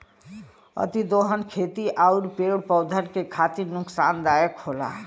अतिदोहन खेती आउर पेड़ पौधन के खातिर नुकसानदायक होला